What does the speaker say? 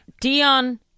Dion